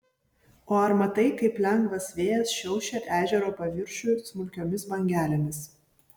o ar matai kaip lengvas vėjas šiaušia ežero paviršių smulkiomis bangelėmis